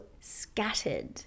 scattered